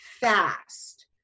fast